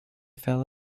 fell